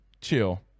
Chill